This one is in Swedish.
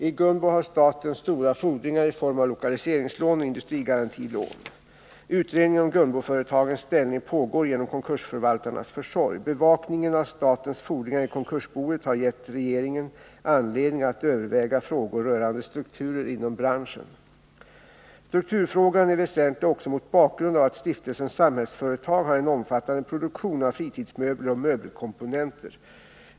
I Gunbo har staten stora fordringar i form av lokaliseringslån och industrigarantilån. Utredning om Gunboföretagens ställning pågår genom konkursförvaltarnas försorg. Bevakningen av statens fordringar i konkursboet har gett regeringen anledning att överväga frågor rörande strukturen inom branschen. Strukturfrågan är väsentlig också mot bakgrund av att Stiftelsen Samhällsföretag har en omfattande produktion av fritidsmöbler och möbelkomponenter.